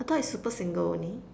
I thought is super single only